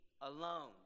alone